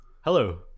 hello